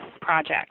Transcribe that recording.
project